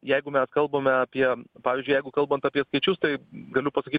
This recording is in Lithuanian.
jeigu mes kalbame apie pavyzdžiui jeigu kalbant apie skaičius tai galiu pasakyt